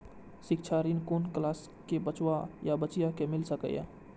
शिक्षा ऋण कुन क्लास कै बचवा या बचिया कै मिल सके यै?